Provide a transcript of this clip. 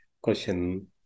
question